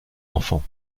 enfants